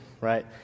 right